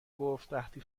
گفتقحطی